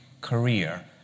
career